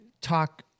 talk